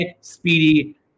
speedy